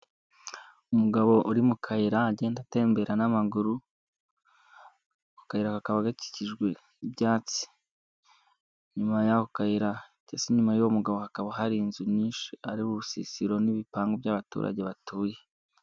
Umugabo uri mu kayira agenda atembera n'amaguru, akayira kaba gakikijwe'ibyatsi, nyuma y'aho kayira ndetse nyuma y'uwo mugabo hakaba hari inzu nyinshi ariwe urusisiro n'ibipangu by'abaturage batuye.